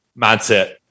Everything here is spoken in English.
mindset